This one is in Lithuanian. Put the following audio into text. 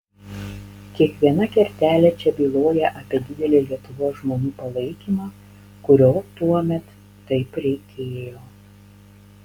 kiekviena kertelė čia byloja apie didelį lietuvos žmonių palaikymą kurio tuomet taip reikėjo